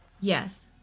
Yes